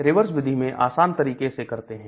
reverse विधि में आसन तरीके से करते हैं